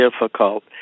difficult